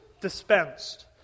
dispensed